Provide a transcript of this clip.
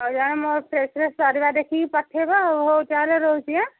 ହଉ ତାନେ ମୋର ଫ୍ରେଶ୍ ଫ୍ରେଶ୍ ପରିବା ଦେଖିକି ପଠେଇବ ଆଉ ହଉ ତାହେଲେ ରହୁଛି ଆଁ